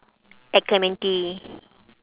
at clementi